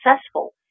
successful